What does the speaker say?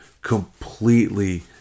completely